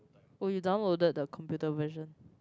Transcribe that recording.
oh you downloaded the computer version